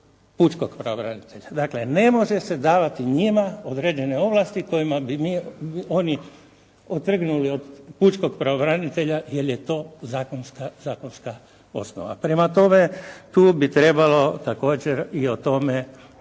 pučkog pravobranitelja. Dakle, ne može se davati njima određene ovlasti kojima bi oni otrgnuli od pučkog pravobranitelja jer je to zakonska osnova. Prema tome, tu bi trebalo također i o tome voditi